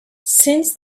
since